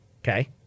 okay